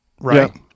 right